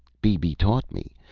bb taught me,